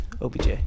OBJ